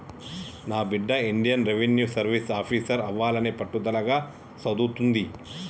నా బిడ్డ Indian revenue service officer అవ్వాలని పట్టుదలగా సదువుతుంది